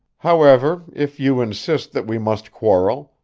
however if you insist that we must quarrel,